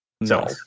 No